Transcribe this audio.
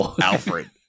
Alfred